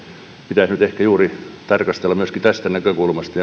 pitäisi nyt tarkastella myöskin tästä näkökulmasta